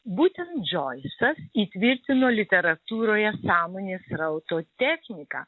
būtent džoisas įtvirtino literatūroje sąmonės srauto techniką